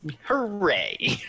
hooray